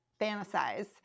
fantasize